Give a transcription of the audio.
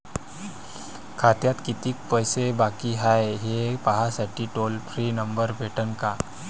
खात्यात कितीकं पैसे बाकी हाय, हे पाहासाठी टोल फ्री नंबर भेटन का?